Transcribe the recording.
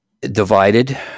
Divided